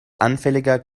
anfälliger